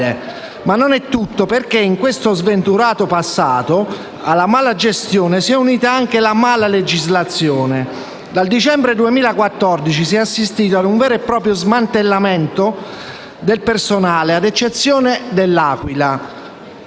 Ma non è tutto perché, in questo sventurato passato, alla malagestione si è unita anche la «malalegislazione»: dal dicembre 2014 si è assistito a un vero e proprio smantellamento del personale, a eccezione di L'Aquila.